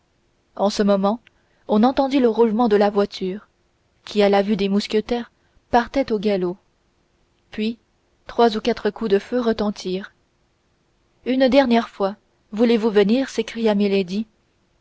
en ce moment on entendit le roulement de la voiture qui à la vue des mousquetaires partait au galop puis trois ou quatre coups de feu retentirent une dernière fois voulez-vous venir s'écria